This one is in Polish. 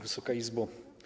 Wysoka Izbo!